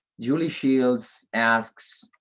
julie shields asks,